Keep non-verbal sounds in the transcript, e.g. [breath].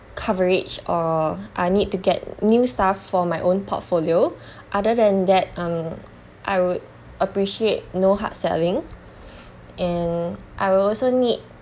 coverage or I need to get new stuff for my own portfolio other than that um I would appreciate no hard selling [breath] and I'd also need